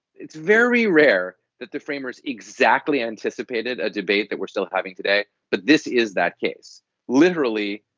it's very rare that the framers exactly. anticipated a debate that we're still having today. but this is that case literally.